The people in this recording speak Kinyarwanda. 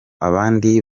abandi